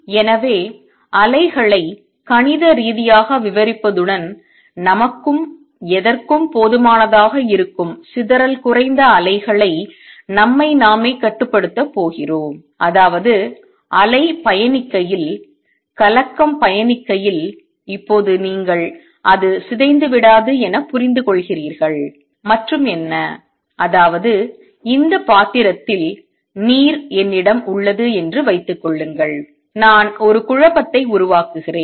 எனவே அலைகளை கணித ரீதியாக விவரிப்பதுடன் நமக்கும் எதற்கும் போதுமானதாக இருக்கும் சிதறல் குறைந்த அலைகளை நம்மை நாமே கட்டுப்படுத்தப் போகிறோம் அதாவது அலை பயணிக்கையில் கலக்கம் பயணிக்கையில் இப்போது நீங்கள் அது சிதைந்துவிடாது என புரிந்துகொள்கிறீர்கள் மற்றும் என்ன அதாவது இந்த பாத்திரத்தில் நீர் என்னிடம் உள்ளது என்று வைத்துக் கொள்ளுங்கள் நான் ஒரு குழப்பத்தை உருவாக்குகிறேன்